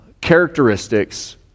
characteristics